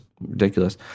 ridiculous